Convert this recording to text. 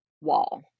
wall